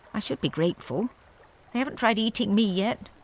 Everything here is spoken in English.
i should be grateful. they haven't tried eating me yet.